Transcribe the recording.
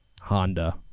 Honda